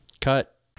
Cut